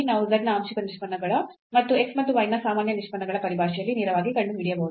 ನಾವು z ನ ಆಂಶಿಕ ನಿಷ್ಪನ್ನಗಳ ಮತ್ತು x ಮತ್ತು y ನ ಸಾಮಾನ್ಯ ನಿಷ್ಪನ್ನಗಳ ಪರಿಭಾಷೆಯಲ್ಲಿ ನೇರವಾಗಿ ಕಂಡುಹಿಡಿಯಬಹುದು